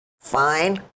Fine